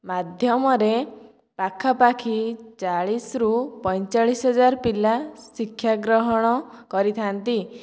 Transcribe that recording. ମାଧ୍ୟମରେ ପାଖାପାଖି ଚାଳିଶରୁ ପଇଁଚାଳିଶ ହଜାର ପିଲା ଶିକ୍ଷା ଗ୍ରହଣ କରିଥାନ୍ତି